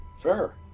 Fair